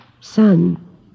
Son